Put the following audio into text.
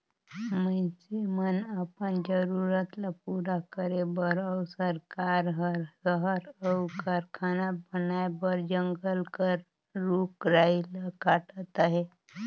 मइनसे मन अपन जरूरत ल पूरा करे बर अउ सरकार हर सहर अउ कारखाना बनाए बर जंगल कर रूख राई ल काटत अहे